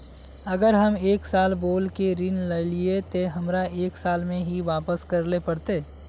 अगर हम एक साल बोल के ऋण लालिये ते हमरा एक साल में ही वापस करले पड़ते?